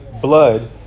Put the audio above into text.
blood